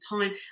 time